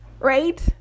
right